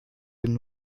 einem